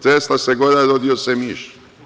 Tresla se gora, rodio se miš.